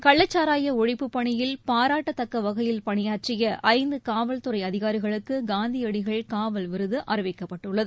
கள்ளச்சாராய ஒழிப்பு பணியில் பாராட்டத்தக்க வகையில் பணியாற்றிய ஐந்து காவல்துறை அதிகாரிகளுக்கு காந்தியடிகள் காவல் விருது அறிவிக்கப்பட்டுள்ளது